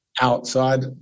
outside